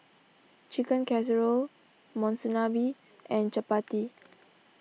Chicken Casserole Monsunabe and Chapati